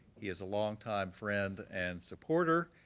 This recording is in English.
he is a long time friend and supporter,